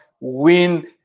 win